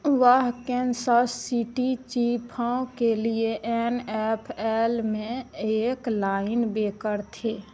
वह Kansas City चीफों के लिए एन एफ एल में एक लाइन बैकर थे